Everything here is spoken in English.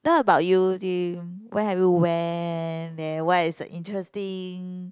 what about you do you where have you went then what is the interesting